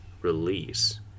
release